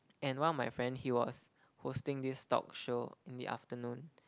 and one of my friend he was hosting this talk show in the afternoon